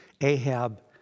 Ahab